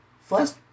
first